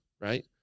right